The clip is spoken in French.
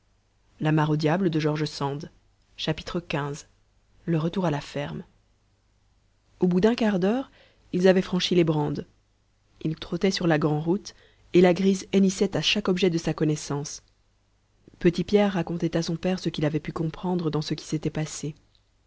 xv le retour à la ferme au bout d'un quart d'heure ils avaient franchi les brandes ils trottaient sur la grand'route et la grise hennissait à chaque objet de sa connaissance petit pierre racontait à son père ce qu'il avait pu comprendre dans ce qui s'était passé